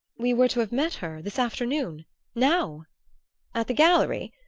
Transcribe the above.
we were to have met her this afternoon now at the gallery?